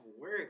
work